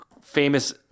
famous